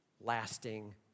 lasting